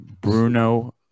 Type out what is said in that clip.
Bruno